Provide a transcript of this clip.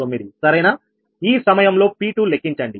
049 సరేనా ఈ సమయంలో P2 లెక్కించండి